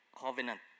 covenant